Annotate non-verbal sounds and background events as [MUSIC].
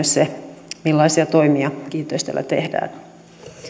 [UNINTELLIGIBLE] se [UNINTELLIGIBLE] millaisia toimia kiinteistöllä tehdään